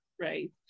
right